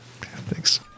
Thanks